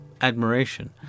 admiration